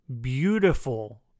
Beautiful